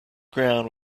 ground